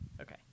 Okay